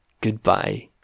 Goodbye